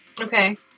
Okay